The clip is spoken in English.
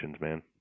man